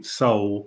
soul